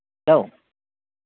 औ